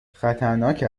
خطرناک